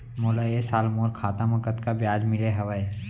मोला ए साल मोर खाता म कतका ब्याज मिले हवये?